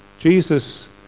Jesus